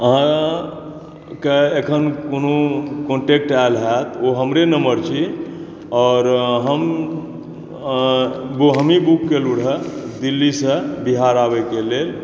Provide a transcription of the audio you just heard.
अहाँके अखन कोनो कांटैक्ट आयल हैत ओ हमरे नम्बर छी आओर हम हम हमही बुक केलूँ र दिल्ली सॅं बिहार आबैके लेल